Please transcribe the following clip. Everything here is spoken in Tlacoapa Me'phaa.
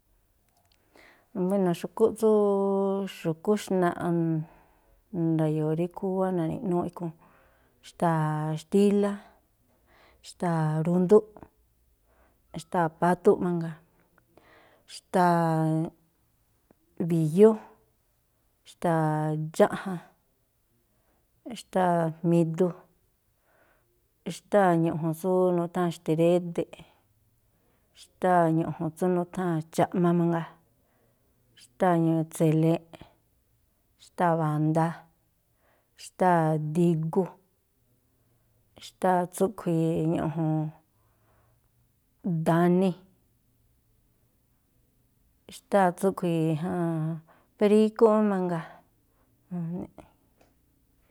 Buéno̱, xu̱kúꞌ tsú xu̱kúꞌ xnaꞌ nda̱yo̱o̱ rí khúwá na̱ni̱ꞌnúúꞌ ikhúún. Xtáa̱ xtílá, xtáa̱ rundúꞌ, xtáa̱ pátúꞌ mangaa, xtáa̱ bi̱yú, xtáa̱ dxáꞌjan, xtáa̱ jmi̱du, xtáa̱ ñu̱ꞌju̱n tsú nutháa̱n xte̱rédeꞌ, xtáa ñu̱ꞌju̱n tsú nutháa̱n cha̱ꞌma mangaa, xtáa̱ tse̱le̱eꞌ, xtáa̱ ba̱ndaa, xtáa̱ di̱gu, xtáa̱ tsúꞌkhui̱ ñu̱ꞌju̱n da̱ni, xtáa̱ tsúꞌkhui̱ períkú má mangaa.